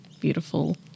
beautiful